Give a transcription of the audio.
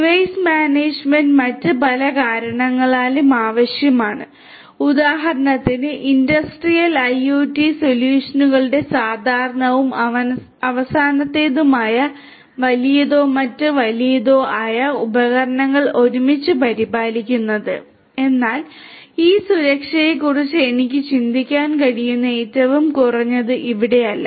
device management മറ്റ് പല കാരണങ്ങളാലും ആവശ്യമാണ് ഉദാഹരണത്തിന് ഇൻഡസ്ട്രിയൽ ഐഒടി സൊല്യൂഷനുകളുടെ സാധാരണവും അവസാനത്തേതും ആയ വലിയതോ മറ്റ് വലിയതോ ആയ ഉപകരണങ്ങൾ ഒരുമിച്ച് പരിപാലിക്കുന്നത് എന്നാൽ ഈ സുരക്ഷയെക്കുറിച്ച് എനിക്ക് ചിന്തിക്കാൻ കഴിയുന്ന ഏറ്റവും കുറഞ്ഞത് ഇവിടെയല്ല